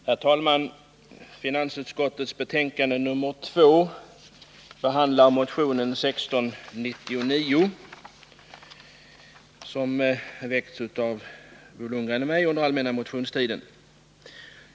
Herr talman! Finansutskottets betänkande nr 2 behandlar motionen 1699, som väcktes under den allmänna motionstiden av Bo Lundgren och mig.